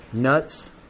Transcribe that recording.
nuts